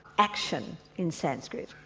action in sanskrit.